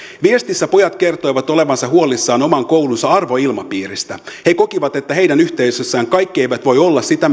viestissä pojat kertoivat olevansa huolissaan oman koulunsa arvoilmapiiristä he kokivat että heidän yhteisössään kaikki eivät voi olla sitä